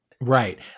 right